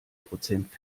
prozent